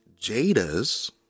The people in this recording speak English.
Jada's